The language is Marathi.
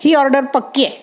ही ऑर्डर पक्की आहे